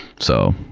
so,